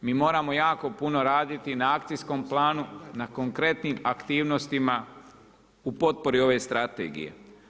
Mi moramo jako puno raditi na akcijskom planu, na konkretnim aktivnostima u potpori ove strategije.